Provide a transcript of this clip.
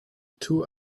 two